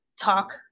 talk